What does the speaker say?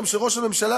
גם של ראש הממשלה,